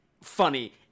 funny